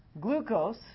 glucose